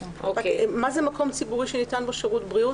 מה זה "מקום ציבורי שניתן בו שירות בריאות"?